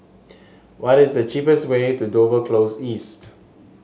what is the cheapest way to Dover Close East